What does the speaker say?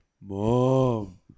Mom